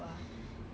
leh